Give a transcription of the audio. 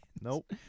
Nope